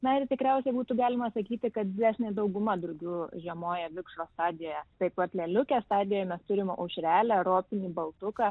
na ir tikriausiai būtų galima sakyti kad didesnė dauguma drugių žiemoja vikšro stadijoje taip pat lėliukės stadijoje mes turim aušrelę ropinį baltuką